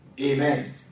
Amen